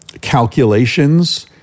calculations